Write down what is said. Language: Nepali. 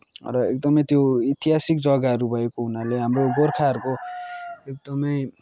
र एकदमै त्यो ऐतिहासिक जग्गाहरू भएको हुनाले हाम्रो गोर्खाहरूको एकदमै